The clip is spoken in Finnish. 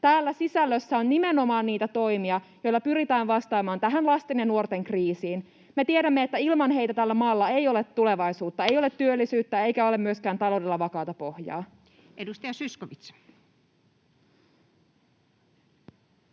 Täällä sisällössä on nimenomaan niitä toimia, joilla pyritään vastaamaan tähän lasten ja nuorten kriisiin. Me tiedämme, että ilman heitä tällä maalla ei ole tulevaisuutta, ei ole työllisyyttä eikä ole myöskään taloudella vakaata pohjaa. [Speech